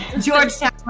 Georgetown